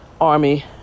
Army